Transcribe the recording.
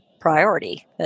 priority